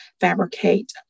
fabricate